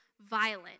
violent